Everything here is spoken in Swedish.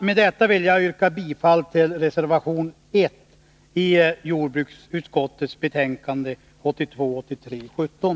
Med detta vill jag yrka bifall till reservation 1 i jordbruksutskottets betänkande 1982/83:17.